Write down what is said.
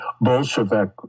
Bolshevik